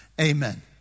amen